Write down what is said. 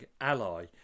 ally